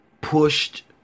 pushed